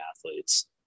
athletes